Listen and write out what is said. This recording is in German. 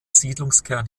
siedlungskern